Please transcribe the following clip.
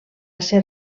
ser